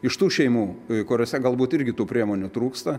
iš tų šeimų kuriose galbūt irgi tų priemonių trūksta